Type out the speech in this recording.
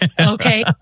okay